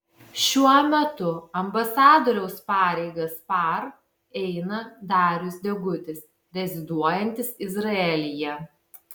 šiuo metu ambasadoriaus pareigas par eina darius degutis reziduojantis izraelyje